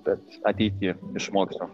bet ateity išmoksiu